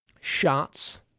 shots